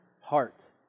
heart